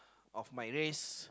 of my race